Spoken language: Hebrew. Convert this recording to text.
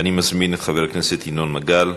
אני מזמין את חבר הכנסת ינון מגל,